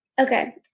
Okay